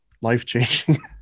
life-changing